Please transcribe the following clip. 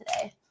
today